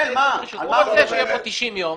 אתה רוצה שיהיה פה "90 ימים".